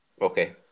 Okay